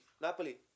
Napoli